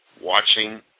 watching